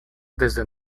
desde